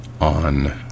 on